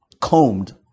combed